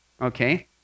okay